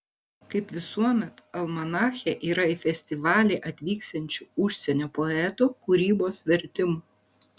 kaip visuomet almanache yra į festivalį atvyksiančių užsienio poetų kūrybos vertimų